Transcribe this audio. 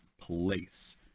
place